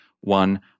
one